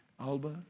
Alba